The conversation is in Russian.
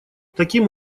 таким